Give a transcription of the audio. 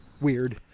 weird